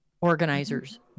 organizers